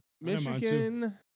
Michigan